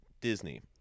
Disney